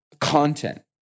content